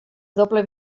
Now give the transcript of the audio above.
doble